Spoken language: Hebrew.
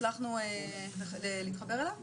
הצלחנו להתחבר אליו?